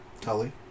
Tully